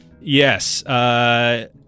Yes